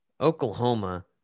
Oklahoma